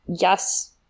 yes